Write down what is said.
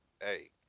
hey